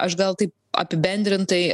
aš gal taip apibendrintai